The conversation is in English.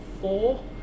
four